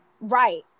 Right